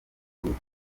kuruta